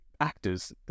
actors